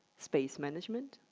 space management,